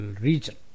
region